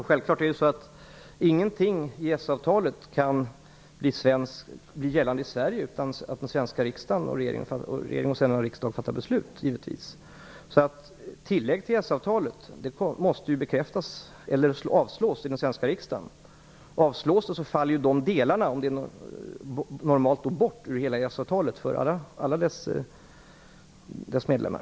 Fru talman! Självfallet. Ingenting i EES-avtalet kan bli gällande i Sverige utan att den svenska regeringen och sedan riksdagen fattar beslut. Tillägg till EES-avtalet måste bekräftas eller avslås i den svenska riksdagen. Blir det ett avslag, faller ju dessa delar bort ur hela EES-avtalet för alla dess parter.